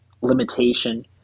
limitation